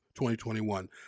2021